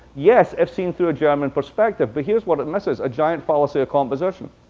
yes, if seen through a german perspective. but here's what it misses, a giant fallacy of composition.